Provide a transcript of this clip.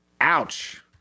ouch